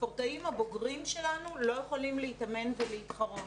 הספורטאים הבוגרים שלנו לא יכולים להתאמן ולהתחרות,